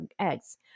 eggs